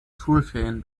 schulferien